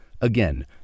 Again